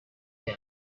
him